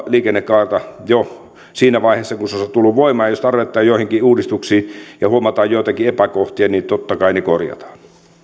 liikennekaarta jo siinä vaiheessa kun se on on tullut voimaan jos on tarvetta joihinkin uudistuksiin ja huomataan joitakin epäkohtia totta kai ne korjataan